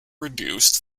reduced